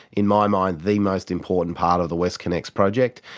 in my mind, the most important part of the westconnex project.